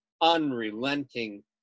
unrelenting